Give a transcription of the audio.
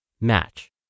match